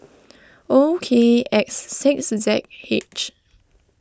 O K X six Z H